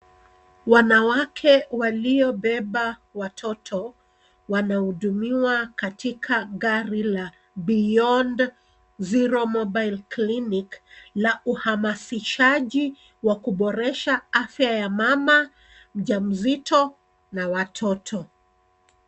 Wanawake waliobeba watoto, wanahudumiwa katika gari la beyond zero mobile clinic la uhamasishaji wa kuboresha afya ya mama, mjamzito, na watoto.